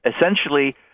Essentially